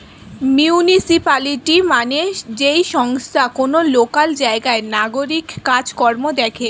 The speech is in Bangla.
মিউনিসিপালিটি মানে যেই সংস্থা কোন লোকাল জায়গার নাগরিক কাজ কর্ম দেখে